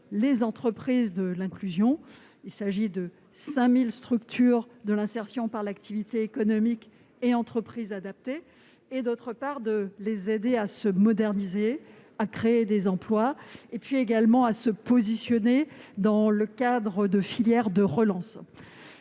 les entreprises de l'inclusion- 5 000 structures de l'insertion par l'activité économique et entreprises adaptées -, d'autre part, d'aider ces dernières à se moderniser, à créer des emplois et à se positionner dans le cadre de filières de relance.